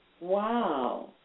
Wow